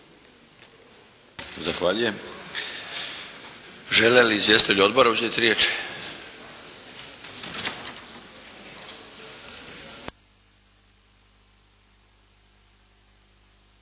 Zahvaljujem. Žele li izvjestitelji odbora uzeti riječ?